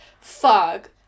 fog